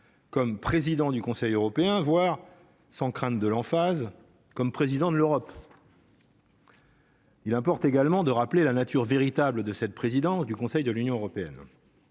comme président du Conseil européen, voire sans crainte de l'emphase comme président de l'Europe. Il importe également de rappeler la nature véritable de cette présidence du Conseil de l'Union européenne,